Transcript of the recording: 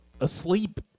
asleep